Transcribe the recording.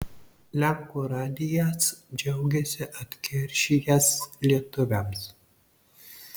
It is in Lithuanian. lenkų radijas džiaugiasi atkeršijęs lietuviams